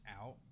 out